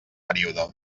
període